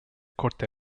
corte